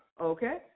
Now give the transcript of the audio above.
Okay